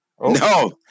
No